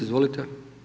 Izvolite.